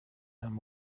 him